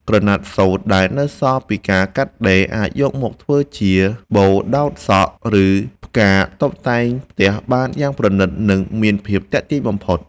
ក្រណាត់សូត្រដែលនៅសល់ពីការកាត់ដេរ អាចយកមកធ្វើជាបូដោតសក់ ឬ ផ្កាតុបតែងផ្ទះបានយ៉ាងប្រណីត និង មានភាពទាក់ទាញបំផុត។